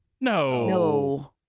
No